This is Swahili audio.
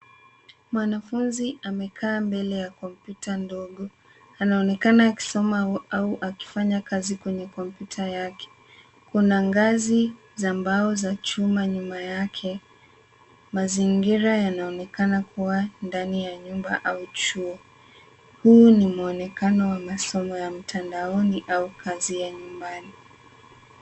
Mwanafunzi amekaa mbele ya kompyuta ndogo. Anaonekana akisoma au akifanya kazi kwenye kompyuta yake. Kuna ngazi za mbao za chuma nyuma yake, mazingira yanaonekana kuwa ndani ya nyumba au chuo. Huu ni mwonekano wa masomo ya mtandaoni au kazi ya nyumbani.